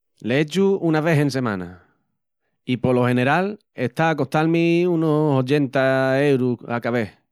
L’echu una ves en semana, i polo general está a costal-mi unus ochenta eurus a cá ves.